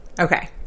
Okay